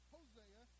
Hosea